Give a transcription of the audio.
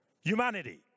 humanity